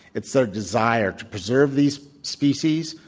it's their desire to preserve these species,